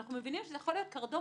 ואנחנו מבינים שזה יכול להיות קרדום